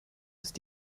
ist